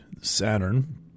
Saturn